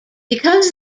because